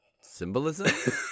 symbolism